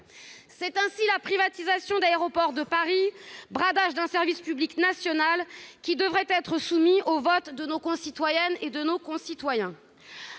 Ainsi, la privatisation d'Aéroports de Paris, bradage d'un service public national, sera soumise au vote de nos concitoyennes et de nos concitoyens.